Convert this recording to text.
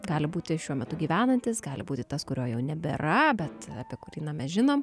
gali būti šiuo metu gyvenantis gali būti tas kurio jau nebėra bet apie kurį na mes žinom